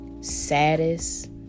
saddest